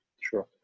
Sure